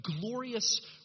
glorious